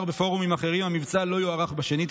בפורומים אחרים: המבצע לא יוארך שנית.